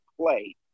play